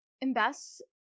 invest